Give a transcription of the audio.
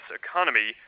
economy